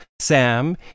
Sam